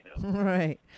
right